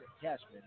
Cashman